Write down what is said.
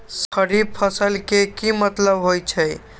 खरीफ फसल के की मतलब होइ छइ?